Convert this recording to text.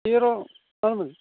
hero ആന്ന്